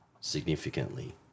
significantly